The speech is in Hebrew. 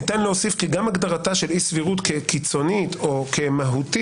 ניתן להוסיף כי גם הגדרתה של אי-סבירות כקיצונית או כמהותית,